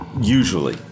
Usually